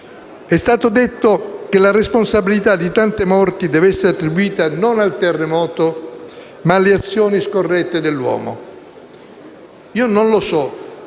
È stato detto che la responsabilità di tante morti dev'essere attribuita non al terremoto, ma alle azioni scorrette dell'uomo. Non so